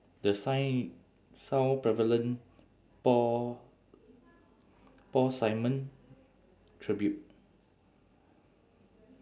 the sign south pavilion paul paul simon tribute